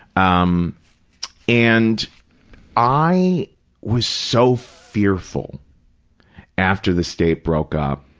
um and i was so fearful after the state broke up.